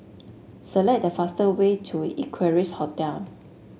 select the fast way to Equarius Hotel